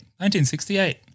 1968